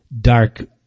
dark